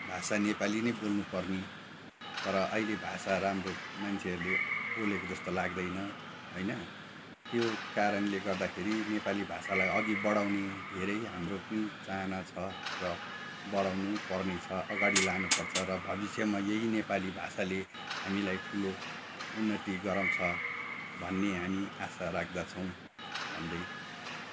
भाषा नेपाली नै बोल्नुपर्ने तर अहिले भाषा राम्रो मान्छेहरूले बोलेको जस्तो लाग्दैन होइन त्यो कारणले गर्दाखेरि नेपाली भाषालाई अघि बढाउने धेरै हाम्रो पनि चाहना छ र बढाउनुपर्नेछ अगाडि लानुपर्छ र भविष्यमा यही नेपाली भाषाले हामीलाई ठुलो उन्नति गराउँछ भन्ने हामी आशा राख्दछौँ भन्दै